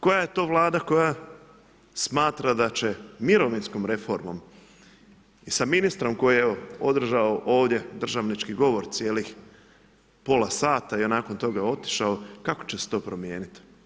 Koja je to vlada koja smatra da će mirovinskom reformom i sa ministrom koji je evo, održao ovdje državnički govor cijelih pola sata i nakon toga otišao, kako će se to promijeniti?